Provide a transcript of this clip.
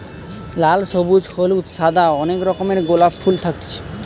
লাল, সবুজ, হলুদ, সাদা অনেক রকমের গোলাপ ফুল থাকতিছে